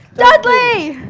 dudley!